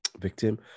victim